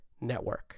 network